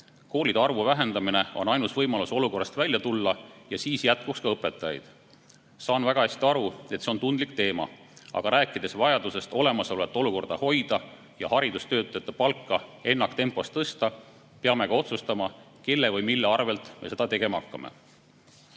Koolide arvu vähendamine on ainus võimalus olukorrast välja tulla ja siis jätkuks ka õpetajaid. Saan väga hästi aru, et see on tundlik teema, aga rääkides vajadusest vähemalt olemasolevat olukorda hoida ja haridustöötajate palka ennaktempos tõsta, peame ka otsustama, kelle või mille arvel me seda tegema hakkame. Kümne